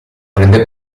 prende